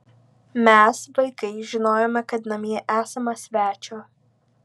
mes vaikai žinojome kad namie esama svečio